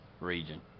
region